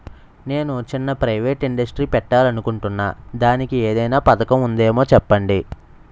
నేను చిన్న private industry పెట్టాలి అనుకుంటున్నా దానికి ఏదైనా పథకం ఉందేమో చెప్పండి?